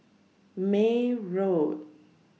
May Road